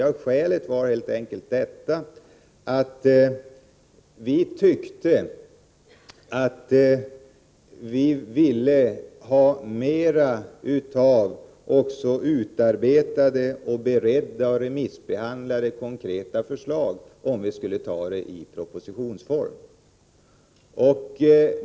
Ja, skälet var helt enkelt att vi ville ha mer av utarbetade, beredda och remissbehandlade konkreta förslag om vi skulle lägga fram en proposition.